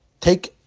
Take